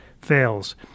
fails